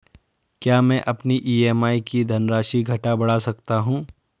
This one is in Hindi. क्या मैं अपनी ई.एम.आई की धनराशि घटा बढ़ा सकता हूँ?